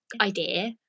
idea